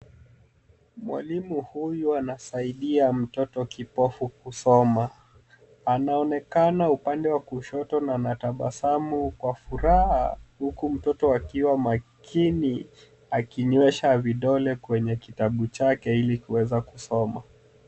Mwalimu huyu anasaidia mtoto kipofu kusoma. Anaonekana upande wa kushoto na ana tabasamu kwa furaha, huku mtoto akiwa makini, akinywesha vidole kwenye kitabu chake ili kuweza kusoma.